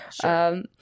Sure